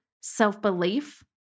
self-belief